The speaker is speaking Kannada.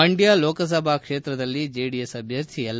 ಮಂಡ್ಡ ಲೋಕಸಭಾ ಕ್ಷೇತ್ರದಲ್ಲಿ ಜೆಡಿಎಸ್ ಅಭ್ಞರ್ಥಿ ಎಲ್